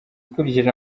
ukurikije